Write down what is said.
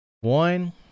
one